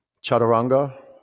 chaturanga